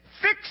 Fix